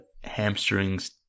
hamstrings